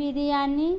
biryani